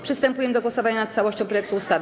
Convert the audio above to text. Przystępujemy do głosowania nad całością projektu ustawy.